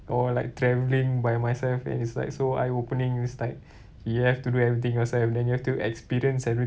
or like traveling by myself and it's like so eye opening it's like you have to do everything yourself then you have to experience every